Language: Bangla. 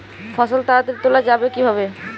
ফসল তাড়াতাড়ি তোলা যাবে কিভাবে?